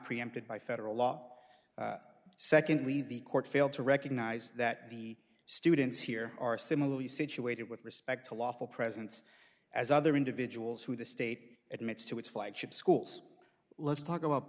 preempted by federal law secondly the court failed to recognize that the students here are similarly situated with respect to lawful presence as other individuals who the state admits to its flagship schools let's talk about